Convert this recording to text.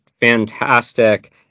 fantastic